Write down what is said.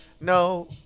No